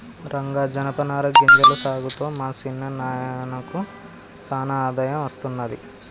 రంగా జనపనార గింజల సాగుతో మా సిన్న నాయినకు సానా ఆదాయం అస్తున్నది